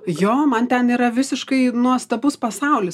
jo man ten yra visiškai nuostabus pasaulis